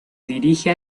dirige